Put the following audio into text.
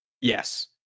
Yes